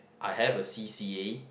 I have a C_c_A